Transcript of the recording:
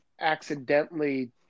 accidentally